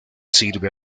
sirve